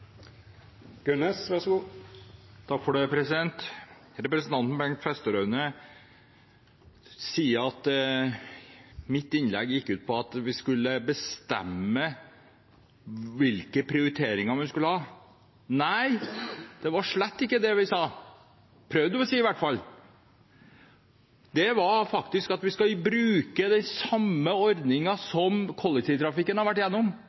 Representanten Bengt Fasteraune sier at mitt innlegg gikk ut på at vi skulle bestemme hvilke prioriteringer man skulle ha. Nei, det var slett ikke det jeg prøvde å si i hvert fall – det var faktisk at vi skal bruke den samme ordningen som kollektivtrafikken har vært